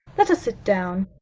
let us sit down.